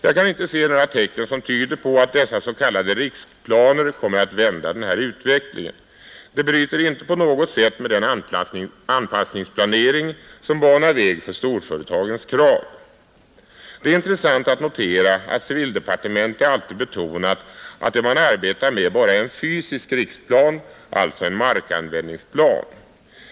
Jag kan inte se några tecken som tyder på att dessa s.k. riksplaner kommer att vända utvecklingen. De bryter inte på något sätt med den anpassningsplanering som banar väg för storföretagens krav. Det är intressant att notera att civildepartementet alltid betonar att det man arbetar med bara är en fysisk riksplan, alltså en markanvändningsplan.